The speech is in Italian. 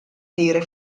dire